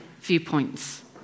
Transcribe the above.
viewpoints